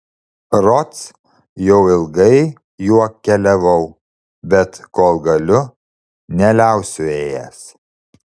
rods jau ilgai juo keliavau bet kol galiu neliausiu ėjęs